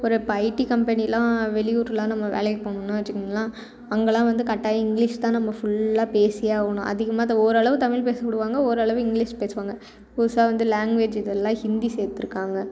இப்போ ஒரு இப்போ ஐடி கம்பெனிலாம் வெளியூர் எல்லாம் நம்ம வேலைக்கு போகணுன்னா வச்சுக்கோங்களேன் அங்கேலாம் வந்து கட்டாயம் இங்கிலீஷ் தான் நம்ம ஃபுல்லாக பேசியே ஆகணும் அதிகமாக அந்த ஓரளவு தமிழ் பேச விடுவாங்க ஓரளவு இங்கிலீஷ் பேசுவாங்க புதுசாக வந்து லேங்குவேஜ் இதுல எல்லாம் ஹிந்தி சேர்த்துருக்காங்க